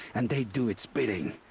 and they do its bidding!